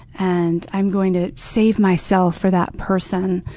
and i'm going to save myself for that person.